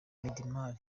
midimar